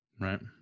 Right